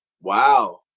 Wow